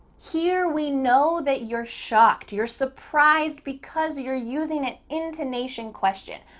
here, we know that you're shocked. you're surprised, because you're using an intonation question.